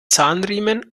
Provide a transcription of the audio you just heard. zahnriemen